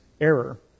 error